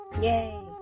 Yay